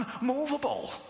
unmovable